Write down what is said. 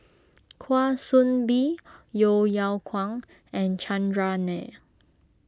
Kwa Soon Bee Yeo Yeow Kwang and Chandran Nair